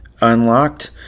unlocked